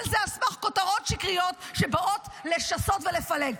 כל זה על סמך כותרות שקריות שבאות לשסות ולפלג.